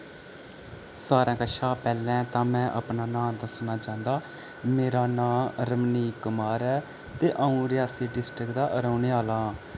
सारे कशा पैह्लें तां मैं अपना नांऽ दस्सना चांह्दा मेरा नांंऽ रमणीक कुमार ऐ ते आऊं रेयासी डिस्ट्रिक्ट दा रोह्ने आह्ला आं